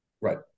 Right